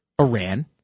Iran